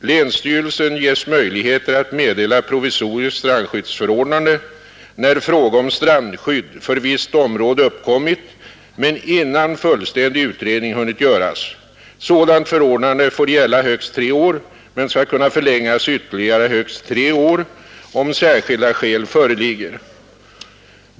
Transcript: Länsstyrelsen ges möjlighet att meddela provisoriskt strandskyddsförordnande, när fråga om strandskydd för visst område uppkommit men innan fullständig utredning hunnit göras. Sådant förordnande får gälla högst tre år men skall kunna förlängas ytterligare högst tre år om särskilda skäl föreligger.